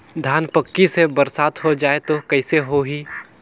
धान पक्की से बरसात हो जाय तो कइसे हो ही?